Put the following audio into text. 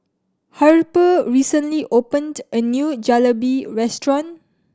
Harper recently opened a new Jalebi Restaurant